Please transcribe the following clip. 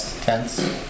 tense